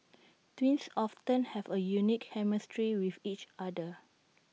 twins often have A unique chemistry with each other